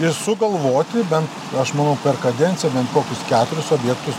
ir sugalvoti bent aš manau per kadenciją kokius keturis objektus